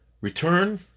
return